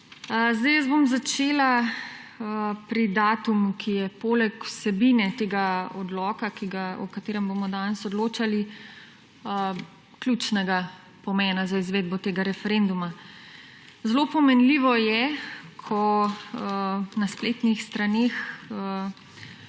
Začela bom pri datumu, ki je poleg vsebine tega odloka, o katerem bomo danes odločali, ključnega pomena za izvedbo tega referenduma. Zelo pomenljivo je, ko na spletnih straneh